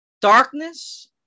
darkness